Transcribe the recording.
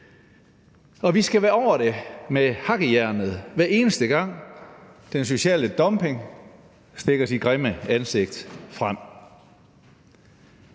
Vi skal være over det med hakkejernet, hver eneste gang den sociale dumping stikker sit grimme ansigt frem.